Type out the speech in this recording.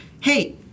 hey